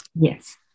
Yes